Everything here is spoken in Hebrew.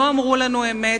לא אמרו לנו אמת,